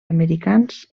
americans